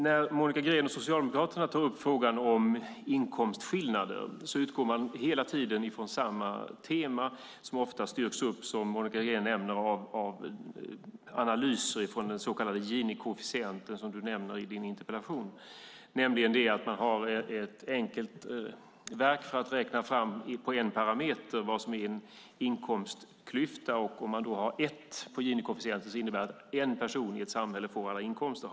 När Monica Green och Socialdemokraterna tar upp frågan om inkomstskillnader utgår de hela tiden från samma tema som ofta byggs upp, som Monica Green nämner, av analyser av den så kallade ginikoefficienten som hon nämner i sin interpellation, nämligen ett enkelt verk för att räkna fram på en parameter vad som är en inkomstklyfta. Om ginikoefficienten är ett innebär det att en person i ett samhälle får alla inkomster.